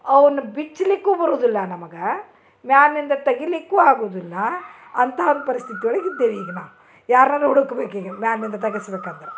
ಅವ್ನ ಬಿಚ್ಚಲಿಕ್ಕೂ ಬರುದಿಲ್ಲ ನಮ್ಗೆ ಮ್ಯಾನಿಂದ ತೆಗಿಲಿಕ್ಕು ಆಗುದಿಲ್ಲ ಅಂಥಾ ಒಂದು ಪರಿಸ್ಥಿತಿ ಒಳಗೆ ಇದ್ದೇವಿ ಈಗ ನಾವು ಯಾರಾರು ಉಡ್ಕ್ಬೇಕು ಈಗ ಮ್ಯಾನಿಂದ ತೆಗಿಸ್ಬೇಕಾದ್ರ